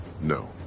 No